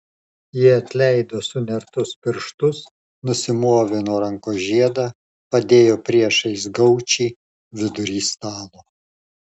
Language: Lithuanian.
ji atleido sunertus pirštus nusimovė nuo rankos žiedą padėjo priešais gaučį vidury stalo